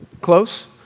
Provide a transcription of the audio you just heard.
Close